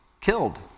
killed